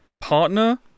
partner